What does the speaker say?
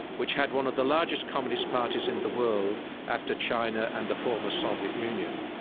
which had one of the largest communist parties in the world after china and the former soviet union.